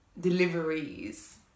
deliveries